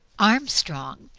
armstrong,